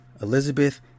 Elizabeth